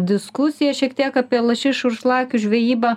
diskusija šiek tiek apie lašišų ir šlakių žvejybą